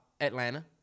Atlanta